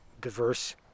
diverse